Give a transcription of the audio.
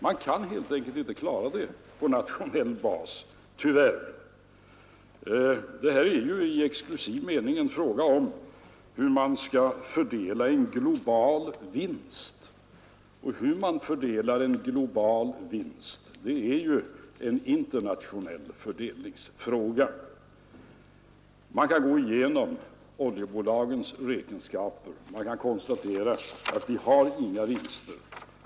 Man kan helt enkelt inte klara det på nationell bas, tyvärr. Detta är i exklusiv mening en fråga om hur man skall fördela en global vinst, och hur man fördelar en global vinst är ju en internationell fördelningsfråga. Man kan gå igenom oljebolagens räkenskaper. Man kan konstatera att de inte har någon vinst.